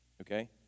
Okay